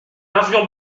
n’avions